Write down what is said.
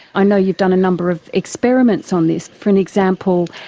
i know you've done a number of experiments on this. for and example,